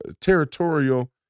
territorial